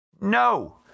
No